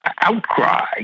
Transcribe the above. outcry